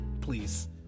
please